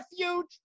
refuge